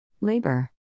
Labor